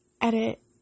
edit